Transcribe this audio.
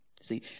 See